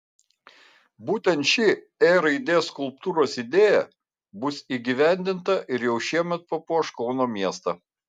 būtent ši ė raidės skulptūros idėja bus įgyvendinta ir jau šiemet papuoš kauno miestą